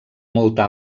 molta